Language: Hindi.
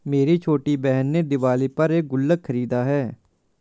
मेरी छोटी बहन ने दिवाली पर एक गुल्लक खरीदा है